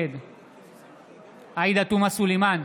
נגד עאידה תומא סלימאן,